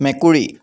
মেকুৰী